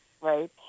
right